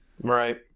Right